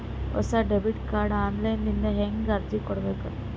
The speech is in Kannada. ಹೊಸ ಡೆಬಿಟ ಕಾರ್ಡ್ ಆನ್ ಲೈನ್ ದಿಂದ ಹೇಂಗ ಅರ್ಜಿ ಕೊಡಬೇಕು?